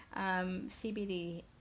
CBD